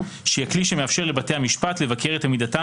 שהיא הכלי שמאפשר לבתי המשפט לבקר את עמידתן